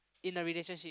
in a relationship